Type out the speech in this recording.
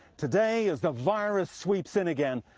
today as the virus sweeps in again,